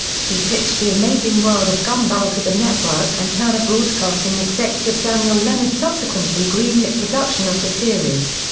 he pitched the amazing world of gumball to the network and turner broadcasting executive daniel lennard subsequently greenlit production of the series.